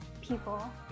people